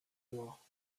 noir